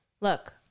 look